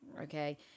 Okay